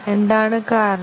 എന്താണ് കാരണം